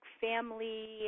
family